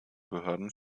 behörden